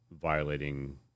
violating